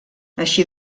així